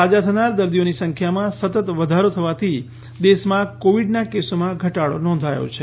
સાજા થનાર દર્દીઓની સંખ્યામાં સતત વધારો થવાથી દેશમાં કોવિડના કેસોમાં ઘટાડો નોંધાયો છે